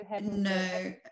No